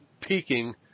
peaking